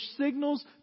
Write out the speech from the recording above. signals